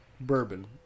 bourbon